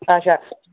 اچھا اچھا